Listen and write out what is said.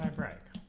break